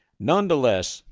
nonetheless,